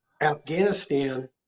Afghanistan